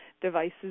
devices